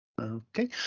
okay